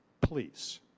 please